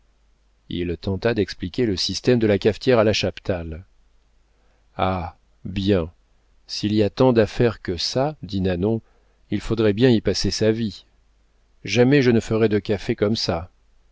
il tenta d'expliquer le système de la cafetière à la chaptal ah bien s'il y a tant d'affaires que ça dit nanon il faudrait bien y passer sa vie jamais je ne ferai de café comme ça